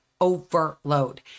overload